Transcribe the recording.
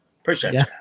Appreciate